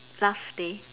staff day